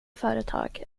företag